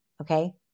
Okay